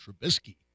Trubisky